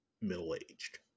middle-aged